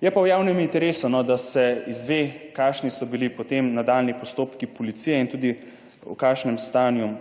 je pa v javnem interesu, da se izve, kakšni so bili potem nadaljnji postopki policije in tudi v kakšnem stanju